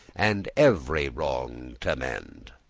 and every wrong t'amend